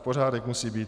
Pořádek musí být.